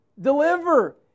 deliver